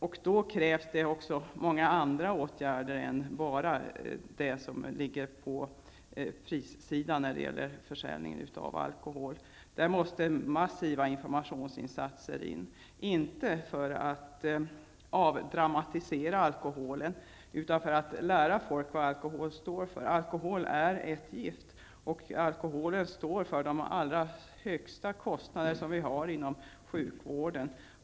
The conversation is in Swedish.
Då krävs också många andra åtgärder än sådana som ligger på prissidan när det gäller försäljning av alkohol. Det måste till massiva informationsinsatser, inte för att avdramatisera alkoholen, utan för att lära folk vad alkohol står för. Alkohol är ett gift och står för de allra högsta kostnader vi har inom sjukvården.